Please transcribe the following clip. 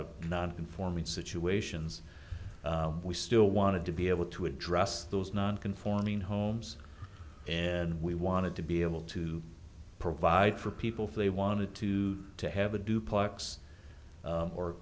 of not conforming situations we still wanted to be able to address those non conforming homes and we wanted to be able to provide for people for they wanted to to have a duplex